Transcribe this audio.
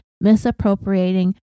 misappropriating